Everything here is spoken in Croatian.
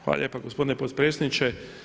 Hvala lijepo gospodine potpredsjedniče.